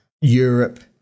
Europe